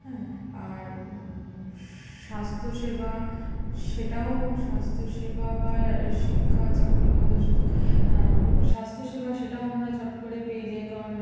হ্যাঁ আর স্বাস্থ্যসেবা সেটাও স্বাস্থ্যসেবা বা শিক্ষা চাকরি স্বাস্থ্যসেবা সেটাও আমরা চট করে পেয়ে যাই কারণ